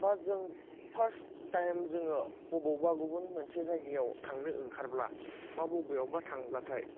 बा जों first time जोङो अबावबा गुबुन मोनसे जायगायाव थांनो ओंखारब्ला बा बबेयावबा थांब्लाथाय